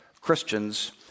Christians